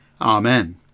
Amen